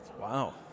Wow